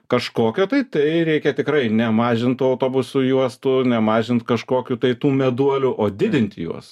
kažkokio tai tai reikia tikrai ne mažint tų autobusų juostų ne mažint kažkokių tai tų meduolių o didinti juos